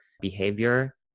behavior